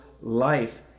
life